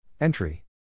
Entry